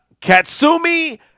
Katsumi